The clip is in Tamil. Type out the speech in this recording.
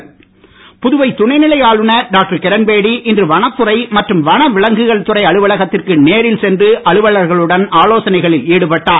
ஆளுநர் புதுவை துணை நிலை ஆளுநர் டாக்டர் கிரண்பேடி இன்று வனத்துறை மற்றும் வனவிலங்குகள் துறை அலுவலகத்திற்கு நேரில் சென்று அலுவலர்களுடன் ஆலோசனைகளில் ஈடுபட்டார்